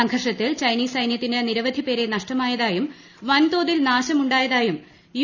സംഘർഷത്തിൽ ചൈനീസ് സൈന്യത്തിന് നിരവധി പേരെ നഷ്ടമായതായും വൻതോതിൽ നാശനഷ്ടമുണ്ടായതായും യു